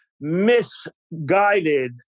misguided